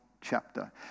chapter